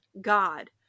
God